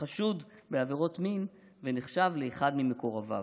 החשוד בעבירות מין ונחשב לאחד ממקורביו.